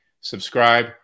subscribe